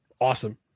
awesome